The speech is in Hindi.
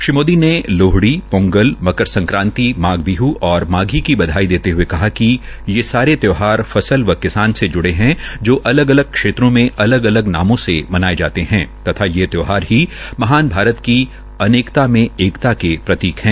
श्री मोदी ने लोहड़ी पोंगल मकर सक्रांति माघ बीह और माघी के बधाई देते हये कहा कि ये सारे त्यौहार फसल व किसान से जूड़े है जो अलग अलग क्षेत्रो में अलग अलग नामों से मनाये जाते है तथा ये त्यौहार की महान भारत की अनेकता में एकता के प्रतीक है